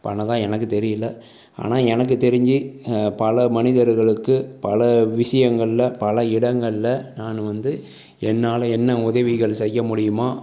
பண்ணிணதா எனக்கு தெரியல ஆனால் எனக்கு தெரிஞ்சு பல மனிதர்களுக்கு பல விஷயங்கள்ல பல இடங்களில் நான் வந்து என்னால் என்ன உதவிகள் செய்ய முடியுமோ